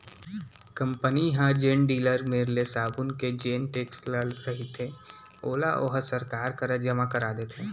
company ह जेन dealer मेर ले साबून के जेन टेक्स ले रहिथे ओला ओहा सरकार करा जमा करा देथे